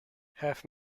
have